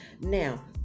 Now